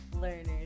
learners